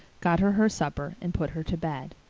got her her supper and put her to bed.